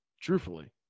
truthfully